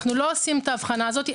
אנחנו לא עושים את ההבחנה הזאת.